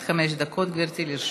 עד חמש דקות, גברתי, לרשותך.